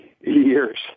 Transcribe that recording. years